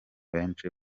benshi